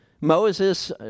Moses